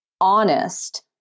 honest